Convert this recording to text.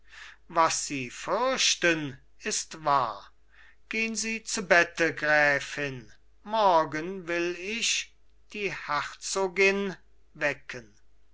was sie fürchten ist wahr gehn sie zu bette gräfin morgen will ich die herzogin wecken